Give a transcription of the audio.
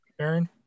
Aaron